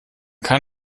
kann